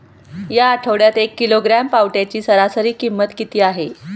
या आठवड्यात एक किलोग्रॅम पावट्याची सरासरी किंमत किती आहे?